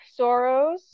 Soros